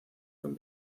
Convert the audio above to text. con